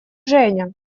женя